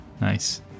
Nice